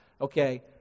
Okay